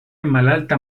malalta